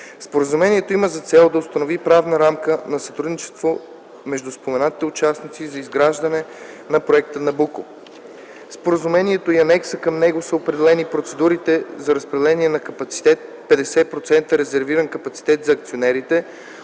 Споразумението има за цел да установи правната рамка на сътрудничеството между споменатите участници за изграждане на проекта „Набуко”. В Споразумението и Анекса към него са определени процедурите за разпределение на капацитет, 50% резервиран капацитет за акционерите,